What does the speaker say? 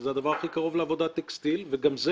זה הדבר הכי קרוב לעבודת טקסטיל וגם זה